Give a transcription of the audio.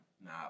nah